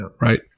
right